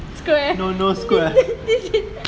square this this is